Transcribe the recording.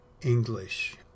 English